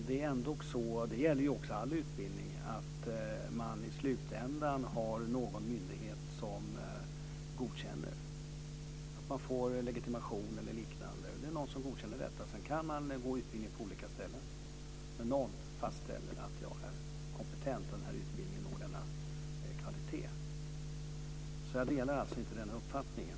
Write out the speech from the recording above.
Det är ändå så, och det gäller all utbildning, att man i slutändan har någon myndighet som godkänner att man får legitimation eller liknande. Det är någon som godkänner detta. Sedan kan man gå utbildningen på olika ställen. Men någon fastställer att jag är kompetent och att utbildningen når en viss kvalitet. Jag delar alltså inte den här uppfattningen.